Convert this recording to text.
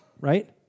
Right